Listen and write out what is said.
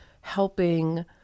helping